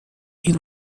این